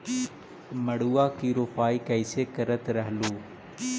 मड़उआ की रोपाई कैसे करत रहलू?